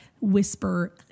whisper